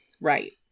right